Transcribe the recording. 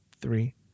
three